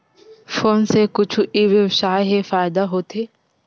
Phone से कुछु ई व्यवसाय हे फ़ायदा होथे?